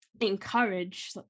encourage